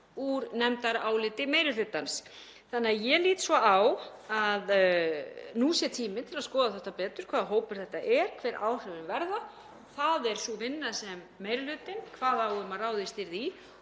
úr nefndaráliti meiri hlutans. Þannig að ég lít svo á að nú sé tíminn til að skoða þetta betur, hvaða hópur þetta sé, hver áhrifin verða. Það er sú vinna sem meiri hlutinn kvað á um að ráðist yrði